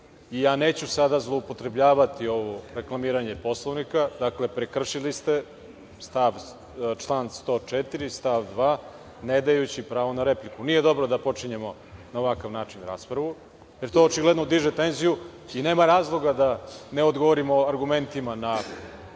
pravo. Neću sada zloupotrebljavati ovo reklamiranje Poslovnika. Dakle, prekršili ste član 104. stav 2. ne dajući pravo na repliku. Nije dobro da počinjemo na ovakav način raspravu, jer to očigledno diže tenziju i nema razloga da ne odgovorimo argumentima na